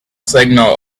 signal